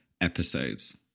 episodes